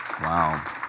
Wow